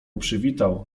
przywitał